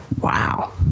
wow